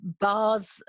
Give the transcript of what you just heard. bars